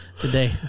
today